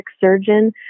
surgeon